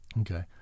Okay